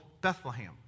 Bethlehem